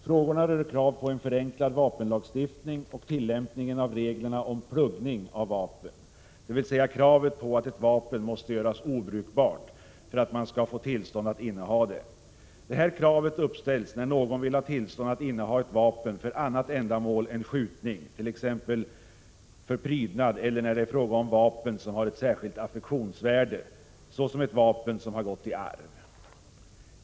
Frågorna rör krav på en förenklad vapenlagstiftning och tillämpningen av reglerna om pluggning av vapen, dvs. att ett vapen måste göras obrukbart för att man skall få tillstånd att inneha det. Detta krav uppställs när någon vill ha tillstånd att inneha ett vapen för annat ändamål än skjutning, t.ex. för prydnad eller när det är fråga om vapen som har särskilt affektionsvärde, t.ex. ett vapen som har gått i arv.